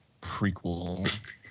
prequel